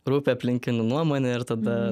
rūpi aplinkinių nuomonė ir tada